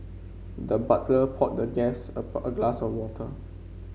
the butler poured the guest a a glass of water